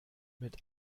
mit